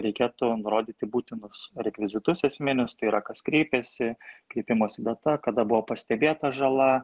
reikėtų nurodyti būtinus rekvizitus esminius tai yra kas kreipėsi kreipimosi data kada buvo pastebėta žala